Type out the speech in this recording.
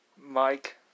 Mike